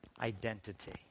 identity